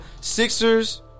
Sixers